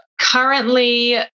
currently